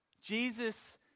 Jesus